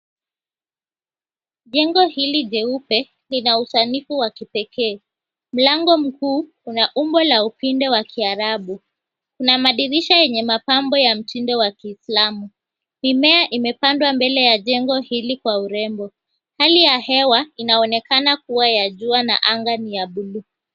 Jengo hili jeupe lina usanifu wa kipekee. Mlango mkuu una umbo la upinde wa kiarabu. Kuna madirisha yenye mapambo ya mtindo wa Kiislamu, mimea imepandwa mbele ya jengo hili kwa urembo hali ya hewa inaonekana kuwa ya jua na rangi ya buluu.